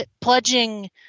Pledging